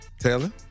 Taylor